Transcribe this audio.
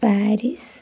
Paris